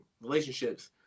relationships